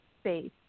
space